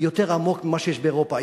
יותר עמוק ממה שיש באירופה.